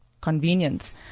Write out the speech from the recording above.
convenience